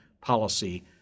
policy